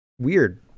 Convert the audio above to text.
weird